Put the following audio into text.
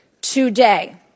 today